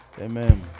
amen